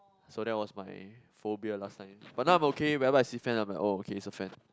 so that was my phobia last time but now I'm okay whereby I see fan of mine I'm like oh okay it's a fan